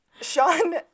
Sean